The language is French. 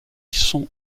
sont